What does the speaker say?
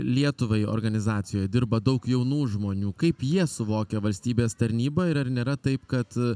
lietuvai organizacijoje dirba daug jaunų žmonių kaip jie suvokia valstybės tarnybą ir ar nėra taip kad